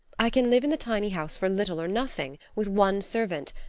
i can live in the tiny house for little or nothing, with one servant.